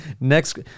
Next